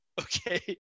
okay